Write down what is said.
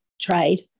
trade